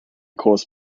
caused